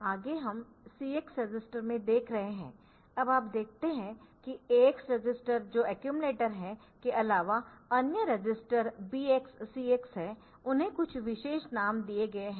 आगे हम CX register में देख रहे है अब आप देखते है कि AX रजिस्टर जो अक्यूमलेटर है के अलावा अन्य रजिस्टर BX CX है उन्हें कुछ विशेष नाम दिए गए है